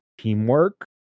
teamwork